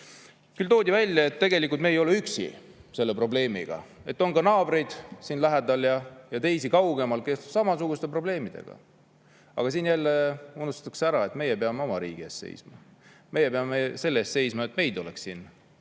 Küll toodi välja, et me ei ole selle probleemiga üksi, et on ka naabreid siin lähedal ja teisi kaugemal, kellel on samasugused probleemid. Aga jälle unustatakse ära, et meie peame oma riigi eest seisma. Meie peame selle eest seisma, et meid oleks siin